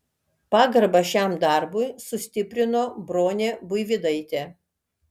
pagarbą šiam darbui sustiprino bronė buivydaitė